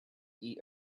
eat